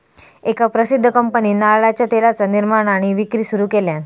एका प्रसिध्द कंपनीन नारळाच्या तेलाचा निर्माण आणि विक्री सुरू केल्यान